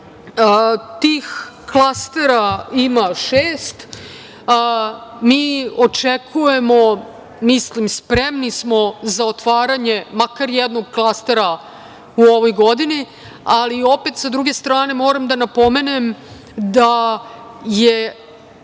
Tih klastera ima šest. Mi očekujemo, mislim spremni smo za otvaranje makar jednog klastera u ovoj godini, ali opet sa druge strane moram da napomenem da je